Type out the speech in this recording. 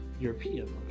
European